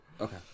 Okay